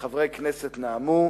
חברי כנסת נאמו,